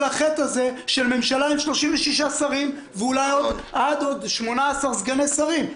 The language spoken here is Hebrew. החטא הזה של ממשלה עם 36 שרים ואולי גם עד עוד 18 סגני שרים.